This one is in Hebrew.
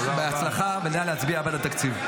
בהצלחה, ונא להצביע בעד התקציב.